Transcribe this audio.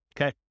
okay